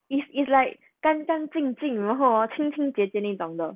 it's like it's like 干干净净然后清清洁洁你懂得